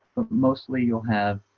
but mostly you'll have